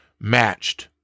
matched